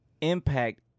impact